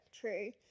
true